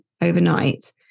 overnight